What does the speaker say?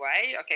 okay